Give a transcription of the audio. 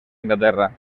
inglaterra